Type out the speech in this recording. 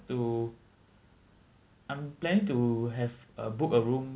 to I'm planning to have uh book a room